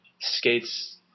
skates